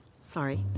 Sorry